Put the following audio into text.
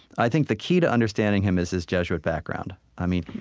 i think the key to understanding him is his jesuit background. i mean,